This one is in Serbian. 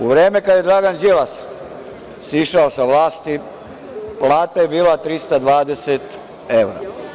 U vreme kada je Dragan Đilas sišao sa vlasti, plata je bila 320 evra.